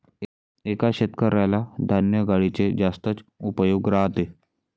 एका शेतकऱ्याला धान्य गाडीचे जास्तच उपयोग राहते